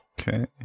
Okay